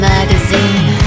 magazine